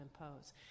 impose